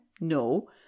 no